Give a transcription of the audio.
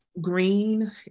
Green